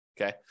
Okay